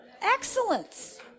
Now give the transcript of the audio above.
excellence